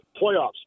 playoffs